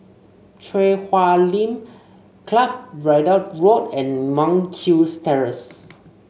Chui Huay Lim Club Ridout Road and Monk's Hill Terrace